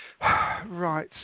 right